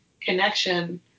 connection